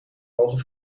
mogen